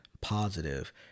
positive